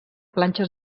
planxes